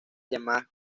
llamadas